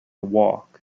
walk